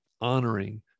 honoring